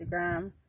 Instagram